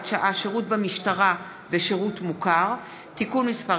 שעה) (שירות במשטרה ושירות מוכר) (תיקון מס'